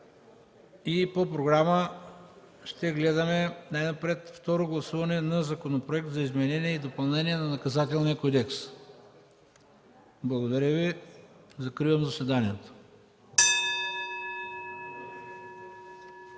и по програма е най-напред Второ гласуване на Законопроект за изменение и допълнение на Наказателния кодекс. Благодаря Ви. Закривам заседанието.